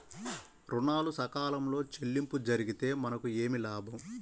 ఋణాలు సకాలంలో చెల్లింపు జరిగితే మనకు ఏమి లాభం?